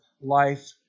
life